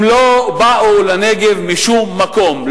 הם לא באו לנגב משום מקום,